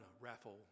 raffle